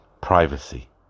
Privacy